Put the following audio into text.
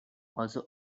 also